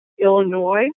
Illinois